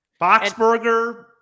Boxburger